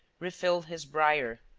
re-filled his briar,